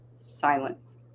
silence